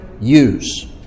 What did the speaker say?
use